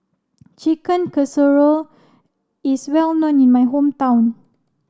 Chicken Casserole is well known in my hometown